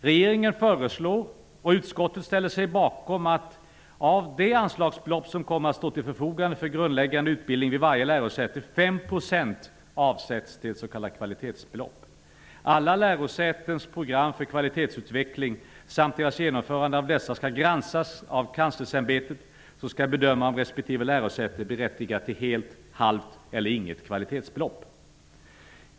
Regeringen föreslår och utskottet ställer sig bakom att av de anslagsbelopp som kommer att stå till förfogande för grundläggande utbildning vid varje lärosäte skall 5 % avsättas till s.k. kvalitetsbelopp. Alla lärosätens program för kvalitetsutveckling samt deras genomförande av dessa skall granskas av Kanslersämbetet som skall bedöma om resp. lärosäte är berättigat till helt, halvt eller inget kvalitetsbelopp.